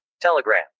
Telegram